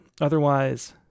otherwise